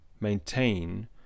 maintain